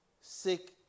Sick